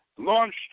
launched